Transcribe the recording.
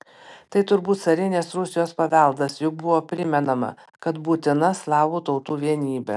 tai turbūt carinės rusijos paveldas juk buvo primenama kad būtina slavų tautų vienybė